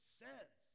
says